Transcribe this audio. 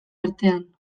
artean